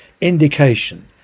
indication